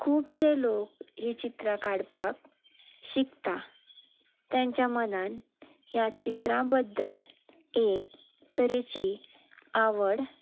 खुबशे लोक हीं चित्रां काडपाक शिकता तेंच्या मनान ह्या चित्रां बद्दल एके तरेची आवड